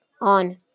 on